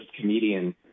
comedian